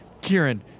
Kieran